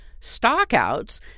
Stockouts